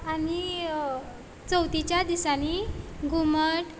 आनी चवथीच्या दिसांनी घुमट